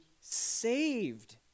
saved